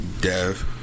Dev